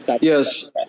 Yes